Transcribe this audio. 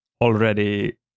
already